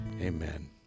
Amen